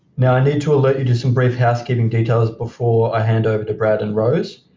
now, i need to alert you to some brief housekeeping details before i hand over to brad and rose.